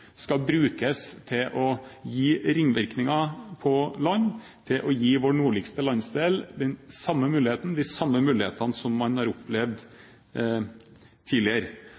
skal brukes til å gi ringvirkninger på land, til å gi vår nordligste landsdel de samme mulighetene som man har opplevd tidligere.